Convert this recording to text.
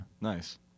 nice